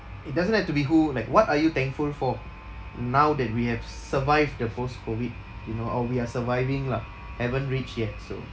it doesn't have to be who like what are you thankful for now that we have s~ survived the post-COVID you know or we are surviving lah haven't reached yet so